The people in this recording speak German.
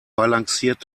balanciert